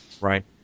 Right